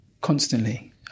constantly